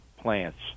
plants